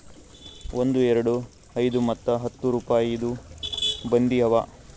ಒಂದ್, ಎರಡು, ಐಯ್ದ ಮತ್ತ ಹತ್ತ್ ರುಪಾಯಿದು ಬಂದಿ ಅವಾ